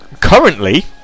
currently